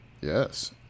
Yes